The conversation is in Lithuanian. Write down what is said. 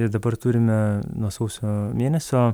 ir dabar turime nuo sausio mėnesio